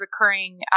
recurring